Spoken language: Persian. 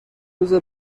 روز